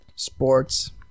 Sports